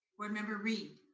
board member reid.